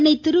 Chennai Thiru